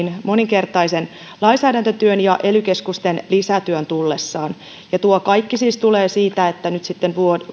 moninkertaisen lainsäädäntötyön ja ely keskusten lisätyön tullessaan ja tuo kaikki siis tulee siitä että nyt sitten vuodella